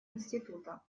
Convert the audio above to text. института